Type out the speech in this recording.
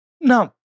now